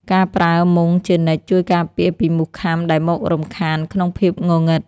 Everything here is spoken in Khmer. ការប្រើមុងជានិច្ច ជួយការពារពីមូសខាំដែលមករំខានក្នុងភាពងងឹត។